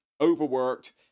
overworked